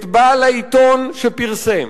את בעל העיתון שפרסם,